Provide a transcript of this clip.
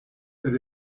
that